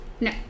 No